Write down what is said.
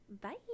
bye